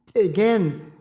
again,